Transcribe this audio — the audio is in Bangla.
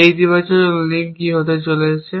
এই ইতিবাচক লিঙ্ক কি হতে যাচ্ছে